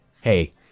Hey